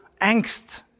angst